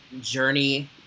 journey